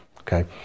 okay